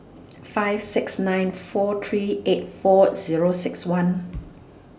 five six nine four three eight four Zero six one